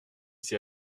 s’y